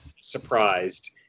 surprised